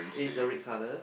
it is the red colour